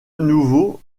nouveau